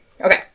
Okay